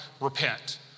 Repent